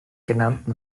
genannten